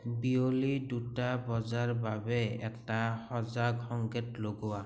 বিয়লি দুটা বজাৰ বাবে এটা সজাগ সংকেত লগোৱা